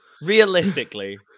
realistically